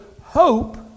hope